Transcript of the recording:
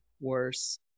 worse